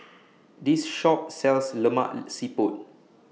This Shop sells Lemak Siput